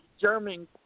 German